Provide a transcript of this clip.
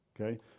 okay